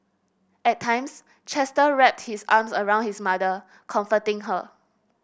at times Chester wrapped his arms around his mother comforting her